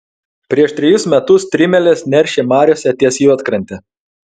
prieš trejus metus strimelės neršė mariose ties juodkrante